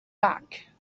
back